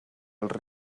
als